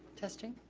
testing.